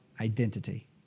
identity